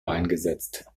eingesetzt